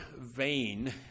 vain